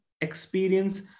experience